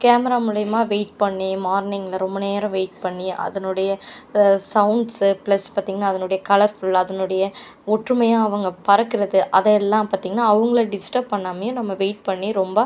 camera மூலயமா wait பண்ணி morning பண்ணி அதனோடைய சவுண்ட்ஸ் ப்ளஸ் பார்த்தீங்கன்னா அதனோடைய கலர்ஃபுல் அதனோடைய ஒற்றுமையாக அவங்க பறக்கிறது அது எல்லாம் பார்த்தீங்ன்னா அவங்களை டிஸ்டர்ப் பண்ணாமையே நம்ப வெயிட் பண்ணி ரொம்ப